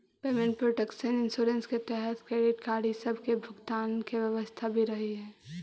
payment protection insurance के तहत credit card इ सब के भुगतान के व्यवस्था भी रहऽ हई